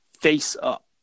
face-up